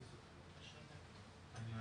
11:49.